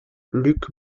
luc